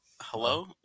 hello